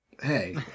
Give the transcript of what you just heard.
hey